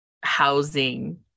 housing